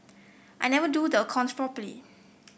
I never do the accounts properly